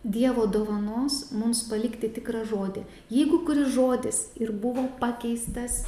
dievo dovanos mums palikti tikrą žodį jeigu kuris žodis ir buvo pakeistas